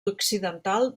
occidental